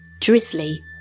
drizzly